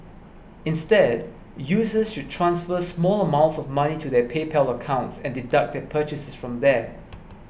instead users should transfer small amounts of money to their PayPal accounts and deduct their purchases from there